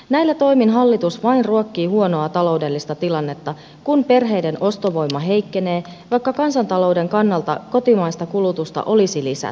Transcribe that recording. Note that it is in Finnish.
näillä toimin hallitus vain ruokkii huonoa taloudellista tilannetta kun perheiden ostovoima heikkenee vaikka kansantalouden kannalta kotimaista kulutusta olisi lisättävä